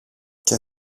και